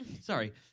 Sorry